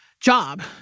job